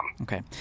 Okay